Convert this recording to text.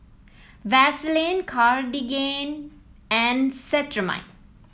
Vaselin Cartigain and Cetrimide